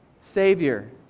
Savior